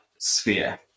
sphere